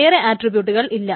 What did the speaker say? വേറെ ആട്രിബ്യൂട്ട്കൾ അല്ല